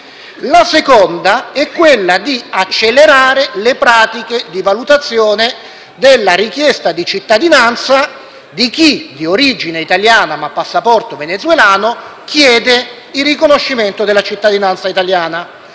La seconda richiesta è di accelerare le pratiche di valutazione della richiesta di cittadinanza di chi, di origine italiana ma di passaporto venezuelano, chiede il riconoscimento della cittadinanza italiana.